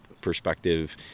perspective